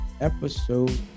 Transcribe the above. episode